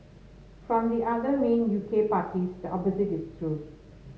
from the other main U K parties the opposite is true